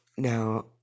Now